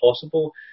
possible